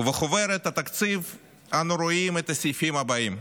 ובחוברת התקציב אנו רואים את הסעיפים הבאים: